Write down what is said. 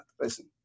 Listen